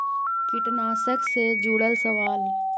कीटनाशक से जुड़ल सवाल?